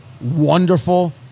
Wonderful